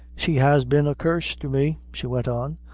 she has been a curse to me! she went on,